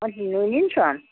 অঁ